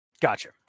Gotcha